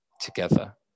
together